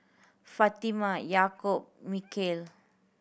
Fatimah Yaakob Mikhail